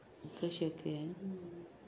இக்கு:keshav